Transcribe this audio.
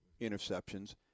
interceptions